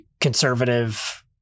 conservative